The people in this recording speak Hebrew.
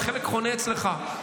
וחלק חונה אצלך.